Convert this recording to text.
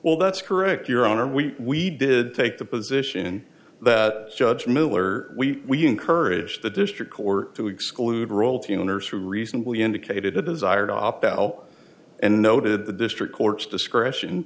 well that's correct your honor we we did take the position that judge miller we encourage the district court to exclude royalty owners who reasonably indicated a desire to opt out oh and noted the district court's discretion